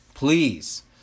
Please